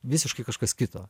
visiškai kažkas kito